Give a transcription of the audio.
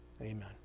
Amen